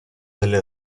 delle